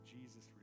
Jesus